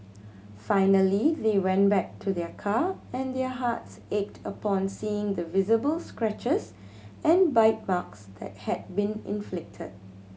finally they went back to their car and their hearts ached upon seeing the visible scratches and bite marks that had been inflicted